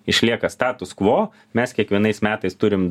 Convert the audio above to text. išlieka status kvo mes kiekvienais metais turim